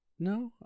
No